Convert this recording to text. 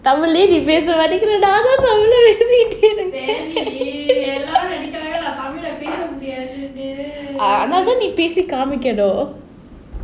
tamil லேயே நீ பேசமாட்டேங்குற நானும் சொல்றேன்:laeye nee pesamatengura naanum solraen ah எல்லோரும் நெனைக்கிறாங்க நான் பேச முடியாதுனு அதுனால தானே நீ பேசி காமிக்கனும்:ellorum nenaikranga naan pesa mudiyaathunu adhunaala thanae nee pesi kaamikkanum